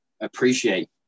appreciate